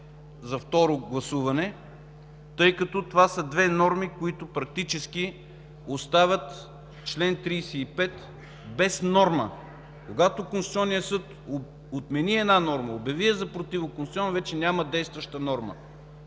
за второ гласуване, тъй като това са две норми, които практически остават чл. 35 без норма. Когато Конституционният съд отмени една норма, обяви я за противоконституционна, вече няма действаща норма.